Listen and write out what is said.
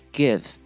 give